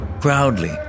proudly